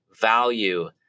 value